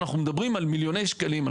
ואנחנו מדברים על מיליוני שקלים,